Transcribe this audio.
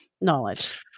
knowledge